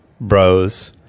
bros